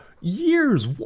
years